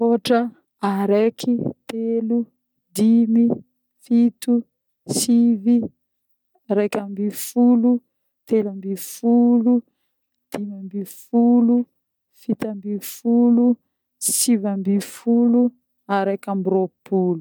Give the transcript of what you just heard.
ôtra, araiky, telo, dimy, fito, sivy, reka ambifolo, telo ambifolo, dimy ambifolo, fito ambifolo, sivy ambifolo, areky ambirôpolo